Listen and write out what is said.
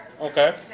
Okay